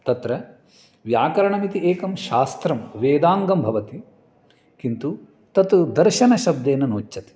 तत्र व्याकरणमिति एकं शास्त्रं वेदाङ्गं भवति किन्तु तत् दर्शनशब्देन नोच्यते